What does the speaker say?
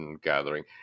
gathering